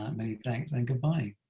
many thanks and goodbye!